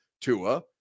Tua